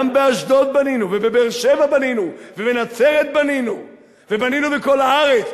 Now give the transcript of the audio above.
גם באשדוד בנינו ובבאר-שבע בנינו ובנצרת בנינו ובנינו בכל הארץ.